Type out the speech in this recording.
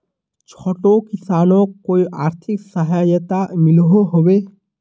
छोटो किसानोक कोई आर्थिक सहायता मिलोहो होबे?